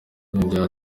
yongeyeho